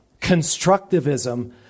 constructivism